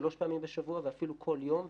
שלוש פעמיים בשבוע ואפילו כל יום.